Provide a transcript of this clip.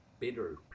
better